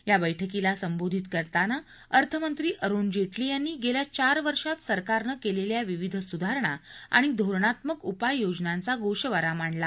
या बैठकीला संबोधित करताना अर्थमंत्री अरुण जेटली यांनी गेल्या चार वर्षात सरकारनं केलेल्या विविध सुधारणा आणि धोरणात्मक उपाय योजनांचा गोषवारा मांडला